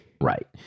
Right